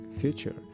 future